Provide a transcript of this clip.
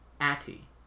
Ati